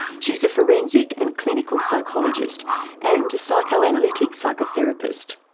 she's a forensic and clinical psychologist and a psychoanalytic psychotherapist.